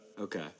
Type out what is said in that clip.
Okay